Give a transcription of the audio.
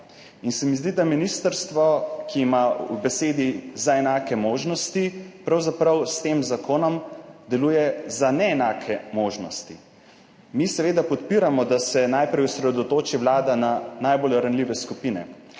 In se mi zdi, da ministrstvo, ki ima zapisano »za enake možnosti«, pravzaprav s tem zakonom deluje za »neenake možnosti«. Mi seveda podpiramo, da se najprej osredotoči vlada na najbolj ranljive skupine.